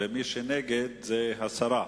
ומי שנגד, זה הסרה.